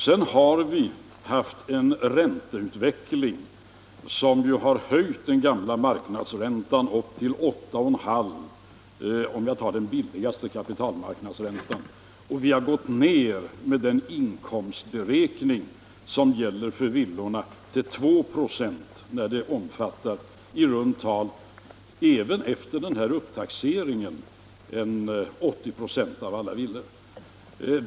Sedan har vi haft en ränteutveckling som ju höjt den gamla marknadsräntan upp till 8,5 96, om jag tar den billigaste kapitalmarknadsräntan, och vi har gått ned med den inkomstberäkning som gäller för villorna till 2 96, vilket även efter upptaxeringen gäller för 80 96 av alla villor.